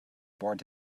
bored